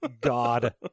God